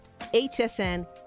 HSN